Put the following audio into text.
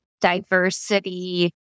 diversity